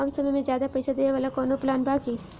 कम समय में ज्यादा पइसा देवे वाला कवनो प्लान बा की?